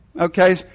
Okay